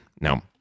Now